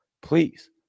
Please